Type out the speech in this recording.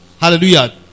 Hallelujah